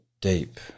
deep